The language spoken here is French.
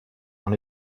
dans